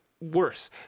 worse